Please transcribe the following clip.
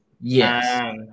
yes